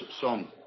song